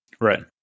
Right